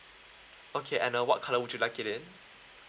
okay and uh what colour would you like it